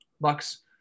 Bucks